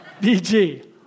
BG